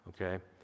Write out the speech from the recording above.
okay